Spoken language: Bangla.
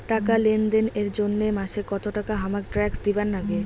টাকা লেনদেন এর জইন্যে মাসে কত টাকা হামাক ট্যাক্স দিবার নাগে?